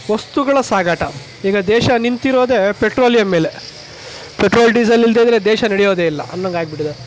ವಸ್ತುಗಳ ಸಾಗಾಟ ಈಗ ದೇಶ ನಿಂತಿರೋದೇ ಪೆಟ್ರೋಲಿಯಂ ಮೇಲೆ ಪೆಟ್ರೋಲ್ ಡೀಸೆಲ್ ಇಲ್ಲದೇ ಇದ್ದರೆ ದೇಶ ನಡೆಯೋದೇ ಇಲ್ಲ ಅನ್ನೋಂಗೆ ಆಗ್ಬಿಟ್ಟಿದೆ